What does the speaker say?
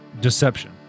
Deception